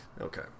Okay